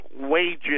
wages